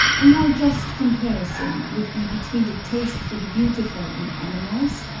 a more just comparison would be between the taste for the beautiful in animals,